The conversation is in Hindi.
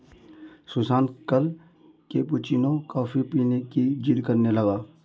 सुशांत कल कैपुचिनो कॉफी पीने की जिद्द करने लगा